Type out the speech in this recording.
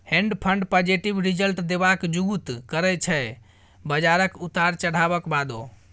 हेंज fund positive result देबाक जुगुत करय छै बजारक उतार चढ़ाबक बादो